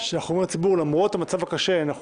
שאנחנו אומרים לציבור שלמרות המצב הקשה אנחנו